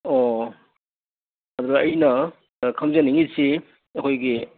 ꯑꯣ ꯑꯗꯨꯗ ꯑꯩꯅ ꯈꯪꯖꯅꯤꯡꯉꯤꯁꯤ ꯑꯩꯈꯣꯏꯒꯤ